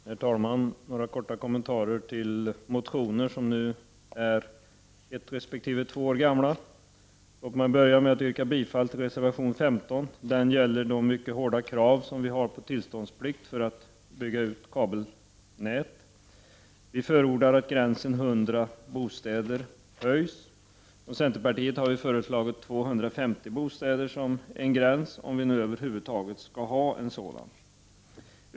Herr talman! En kort kommentar till några motioner som är ett resp. två år gamla. Jag vill dock börja med att yrka bifall till reservation 15, som gäller de mycket hårda krav som ställs för tillstånd att bygga ut kabelnät. Vi förordar att gränsen vid 100 bostäder höjs. Centerpartiet har föreslagit 250 bostäder som en gräns, om det över huvud taget skall finnas en sådan.